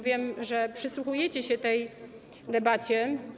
Wiem, że przysłuchujecie się tej debacie.